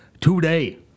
today